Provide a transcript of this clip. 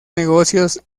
negocios